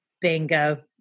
Bingo